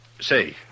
Say